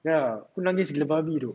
ya aku nangis gila babi dok